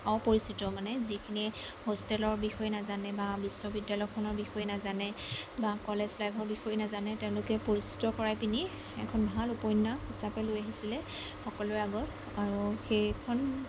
অপিৰিচিত মানে যিখিনিয়ে হোষ্টেলৰ বিষয়ে নাজানে বা বিশ্ববিদ্যালয়খনৰ বিষয়ে নাজানে বা কলেজ লাইফৰ বিষয়েও নাজানে তেওঁলোকে পৰিচিত কৰাই পিনি এখন ভাল উপন্যাস হিচাপে লৈ আহিছিলে সকলোৰে আগত আৰু সেইখন